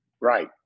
Right